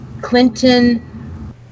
Clinton